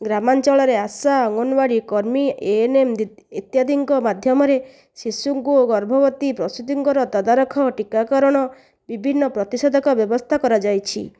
ଗ୍ରାମାଞ୍ଚଳରେ ଆଶା ଅଙ୍ଗନବାଡ଼ି କର୍ମୀ A N M ଇତ୍ୟାଦିଙ୍କ ମାଧ୍ୟମରେ ଶିଶୁଙ୍କୁ ଗର୍ଭବତୀ ପ୍ରସୂତିଙ୍କର ତଦାରଖ ଟୀକାକରଣ ବିଭିନ୍ନ ପ୍ରତିଷେଧକ ବ୍ୟବସ୍ଥା କରାଯାଇଛି